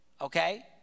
Okay